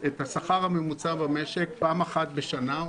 את השכר הממוצע במשק פעם אחת בשנה,